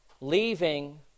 leaving